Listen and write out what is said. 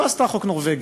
היא לא עשתה חוק נורבגי,